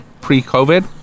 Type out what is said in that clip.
pre-COVID